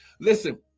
Listen